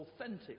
authentic